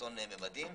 חסון ממדים,